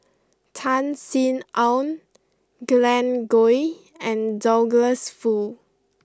Tan Sin Aun Glen Goei and Douglas Foo